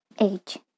age